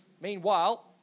Meanwhile